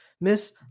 Miss